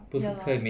ya lor